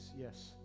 yes